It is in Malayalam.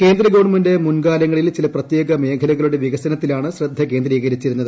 കേന്ദ്രഗവണ്മെന്റ് മുൻകാലങ്ങളിൽ ചില പ്രത്യേക് മേഖലകളുടെ വികസനത്തിലാണ് ശ്രദ്ധകേന്ദ്രീകരിച്ചിരുന്നത്